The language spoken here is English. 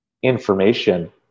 information